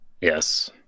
Yes